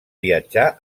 viatjar